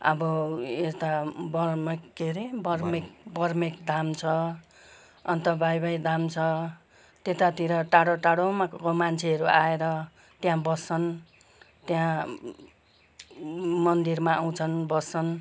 अब यता बर्मक के अरे बर्मेक बर्मेक धाम छ अन्त बाइबाइ धाम छ त्यतातिर टाढो टाढोमाको मान्छेहरू आएर त्यहाँ बस्छन् त्यहाँ मन्दिरमा आउँछन् बस्छन्